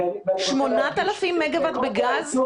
8,000 מגה-ואט בגז?